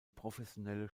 professionelle